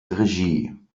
regie